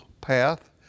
Path